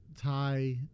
Thai